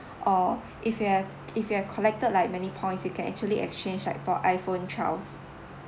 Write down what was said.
or if you have if you have collected like many points you can actually exchange like for iPhone twelve